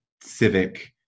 civic